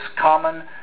common